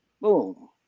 boom